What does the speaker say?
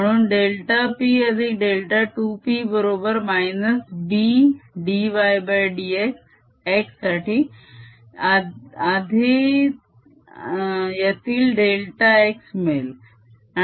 म्हणून delta p अधिक delta 2p बरोबर -B dydx x ला आधील डेल्टा x मिळेल